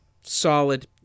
solid